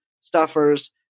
stuffers